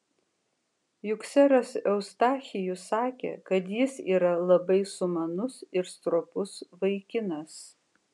juk seras eustachijus sakė kad jis yra labai sumanus ir stropus vaikinas